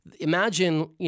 Imagine